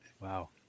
Wow